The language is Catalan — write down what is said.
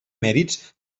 mèrits